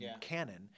canon